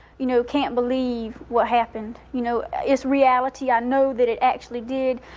you know, can't believe what happened. you know, it's reality. i know that it actually did,